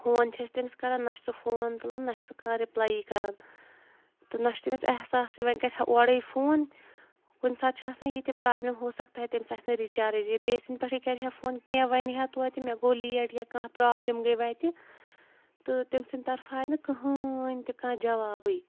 phone چھِ أسۍ تٔمِس کَران نہَ چھُ سُہ فون تُلان نہَ چھُ سُہ کانٛہہ رِپلاے کَران تہٕ نہَ چھُ تٔمِس احساسٕے وۄنۍ کرٕہا اورے فون کُنہِ ساتہٕ چھِ آسان یِتہِ پرابلِم ہوسَکتا ہے تٔمِس آسہِ نہٕ رِچارجٕے بیٚیہِ سِنٛدی پیٚٹھ کَرِہا فون کینٛہہ وَنہِ ہا توتہِ مےٚ گوٚو لیٹ یا کانٛہہ پرابلِم گٔے وَتہِ تہٕ تٔمۍ سٕنٛدِ طَرفہٕ آے نہٕ کٕہٕنۍ تہِ کانٛہہ جَوابٕے